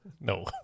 no